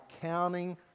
counting